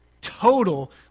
total